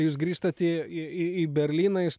jūs grįžtat į į į į berlyną iš